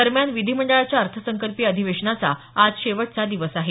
दरम्यान विधीमंडळाच्या अर्थसंकल्पीय अधिवेशनाचा आज शेवटचा दिवस आहे